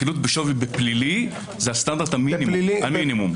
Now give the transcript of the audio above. חילוט בשווי בפלילי זה הסטנדרט המינימום.